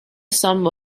some